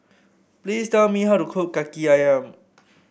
please tell me how to cook Kaki ayam